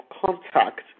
contact